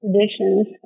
traditions